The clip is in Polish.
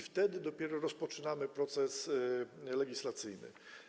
Wtedy dopiero rozpoczynamy proces legislacyjny.